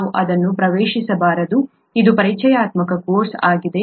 ನಾವು ಅದನ್ನು ಪ್ರವೇಶಿಸಬಾರದು ಇದು ಪರಿಚಯಾತ್ಮಕ ಕೋರ್ಸ್ ಆಗಿದೆ